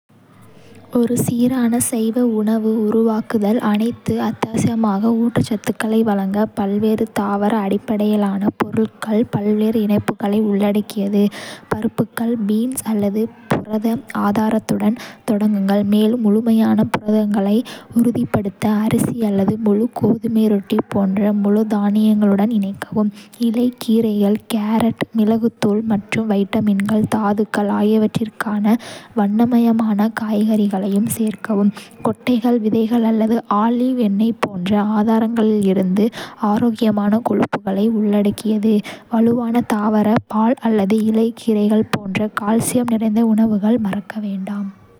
ஒரு சீரான சைவ உணவு உருவாக்குதல் அனைத்து அத்தியாவசிய ஊட்டச்சத்துக்களை வழங்க பல்வேறு தாவர அடிப்படையிலான பொருட்கள் பல்வேறு இணைப்புகளை உள்ளடக்கியது. பருப்புகள், பீன்ஸ், அல்லது புரத ஆதாரத்துடன் தொடங்குங்கள், மேலும் முழுமையான புரதங்களை உறுதிப்படுத்த அரிசி, அல்லது முழு கோதுமை ரொட்டி போன்ற முழு தானியங்களுடன் இணைக்கவும். இலை கீரைகள், கேரட், மிளகுத்தூள் மற்றும் வைட்டமின்கள், தாதுக்கள் ஆகியவற்றிற்கான வண்ணமயமான காய்கறிகளையும் சேர்க்கவும். கொட்டைகள், விதைகள் அல்லது ஆலிவ் எண்ணெய் போன்ற ஆதாரங்களில் இருந்து ஆரோக்கியமான கொழுப்புகளை உள்ளடக்கியது. வலுவான தாவர பால் அல்லது இலை கீரைகள் போன்ற கால்சியம் நிறைந்த உணவுகள் மறக்க வேண்டாம்.